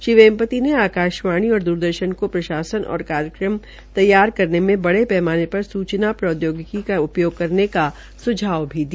श्री वेम्पति ने आकाशवाणी और द्रदर्शन को प्रशासन और कार्यक्रम तैयार करने में बड़े पैमाने पर सूचना प्रौद्योगिकी का उपयोग करने का सुझाव दिया